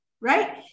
right